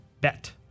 bet